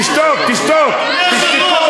תשתוק, תשתוק.